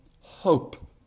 hope